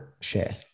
share